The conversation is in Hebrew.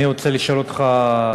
אני רוצה לשאול אותך,